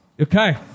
Okay